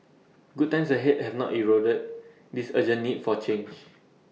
good times ahead have not eroded this urgent need for change